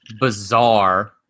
bizarre